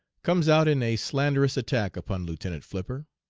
comes out in a slanderous attack upon lieutenant flipper.